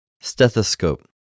Stethoscope